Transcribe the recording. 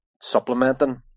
supplementing